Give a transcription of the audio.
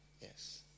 Yes